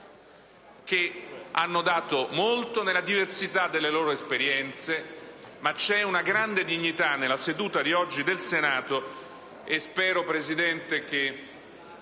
che hanno dato molto, nella diversità delle loro esperienze. C'è una grande dignità nella seduta odierna del Senato. Spero, signora Presidente, che